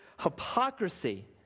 hypocrisy